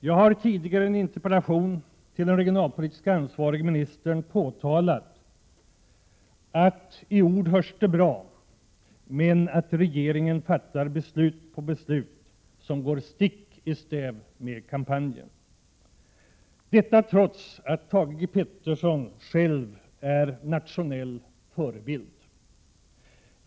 Jag har tidigare i en interpellation till den regionalpolitiskt ansvarige ministern påpekat att i ord hörs det bra, men i verkligheten fattar regeringen beslut på beslut som går stick i stäv mot kampanjen, trots att Thage G Peterson själv är en nationell förebild.